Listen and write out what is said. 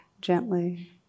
gently